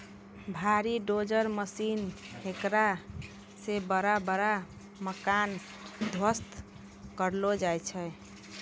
भारी dozer machine हेकरा से बड़ा बड़ा मकान ध्वस्त करलो जाय छै